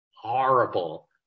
horrible